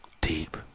Deep